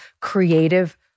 creative